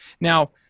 Now